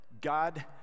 God